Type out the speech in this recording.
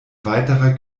weiterer